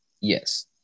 yes